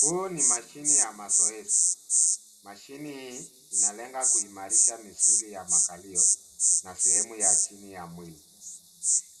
Huu ni mashine ya mazoezi. Mashini hii inalenga kuimarisha misuli ya makalio na sehemu ya chini ya mwili.